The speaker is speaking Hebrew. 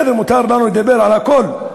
בסדר, מותר לנו לדבר על הכול,